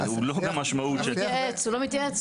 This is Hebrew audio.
הוא לא במשמעות של --- הוא לא מתייעץ,